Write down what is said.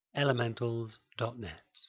elementals.net